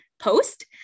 post